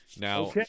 now